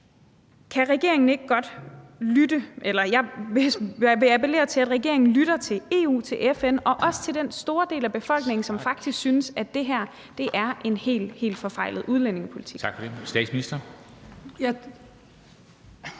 Sagen er blevet omgjort, men jeg vil appellere til, at regeringen lytter til EU, til FN og også til den store del af befolkningen, som faktisk synes, at det her er en helt, helt forfejlet udlændingepolitik.